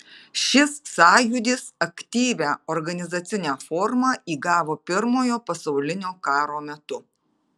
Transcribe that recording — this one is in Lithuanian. šis sąjūdis aktyvią organizacinę formą įgavo pirmojo pasaulinio karo metu